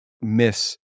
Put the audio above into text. miss